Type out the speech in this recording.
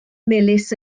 melys